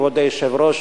כבוד היושב-ראש,